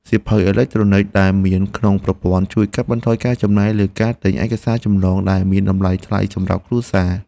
សៀវភៅអេឡិចត្រូនិចដែលមានក្នុងប្រព័ន្ធជួយកាត់បន្ថយការចំណាយលើការទិញឯកសារចម្លងដែលមានតម្លៃថ្លៃសម្រាប់គ្រួសារ។